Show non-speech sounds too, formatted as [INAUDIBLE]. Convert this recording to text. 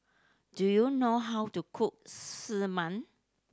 do you know how to cook [UNINTELLIGIBLE]